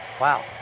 Wow